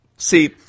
See